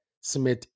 Smith